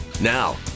Now